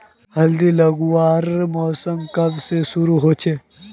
हल्दी लगवार मौसम कब से शुरू होचए?